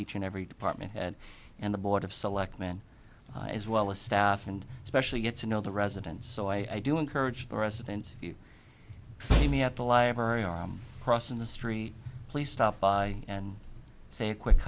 each and every department head and the board of selectmen as well as staff and especially get to know the residents so i do encourage the residents if you see me at the library or crossing the street please stop by and say a quick